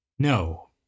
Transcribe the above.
No